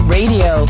radio